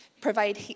provide